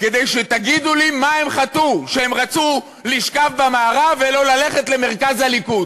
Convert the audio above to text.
כדי שתגידו לי מה הם חטאו כשהם רצו לשכב במארב ולא ללכת למרכז הליכוד,